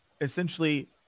essentially